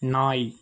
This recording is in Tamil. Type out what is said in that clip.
நாய்